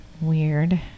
Weird